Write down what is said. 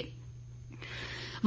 बयान